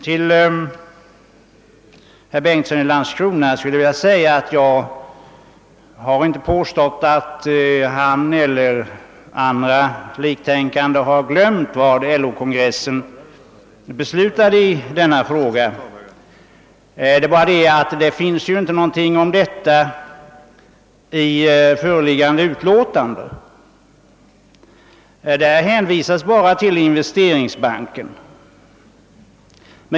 Till herr Bengtsson i Landskrona vill jag säga att jag inte påstått att han eller andra liktänkande har glömt vad LO-kongressen beslutat i denna fråga. Det är bara det att det finns ingenting om detta i föreliggande utlåtande. I detta hänvisades bara till investeringsbanken.